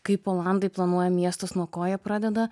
kaip olandai planuoja miestus nuo ko jie pradeda